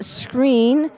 screen